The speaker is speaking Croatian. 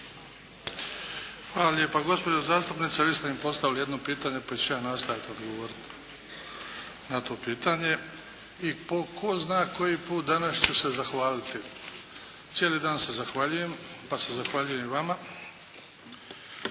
Hvala lijepa. Gospođo zastupnice vi ste mi postavili jedno pitanje pa ću ja nastojati odgovoriti na to pitanje i po tko zna koji put danas ću se zahvaliti. Cijeli dan se zahvaljujem pa se zahvaljujem i vama